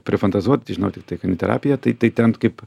prifantazuot žinau tiktai kaniterapiją tai tai ten kaip